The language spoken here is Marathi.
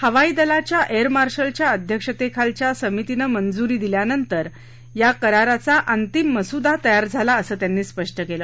हवाई दलाच्या एअर मार्शलच्या अध्यक्षतेखालच्या समितीनं मंजुरी दिल्यानंतर या कराराचा अंतिम मसुदा तयार झाला असं त्यांनी स्पष्ट केलं